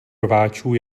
rváčů